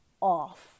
off